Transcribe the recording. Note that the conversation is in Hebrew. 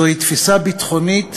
זו תפיסה ביטחונית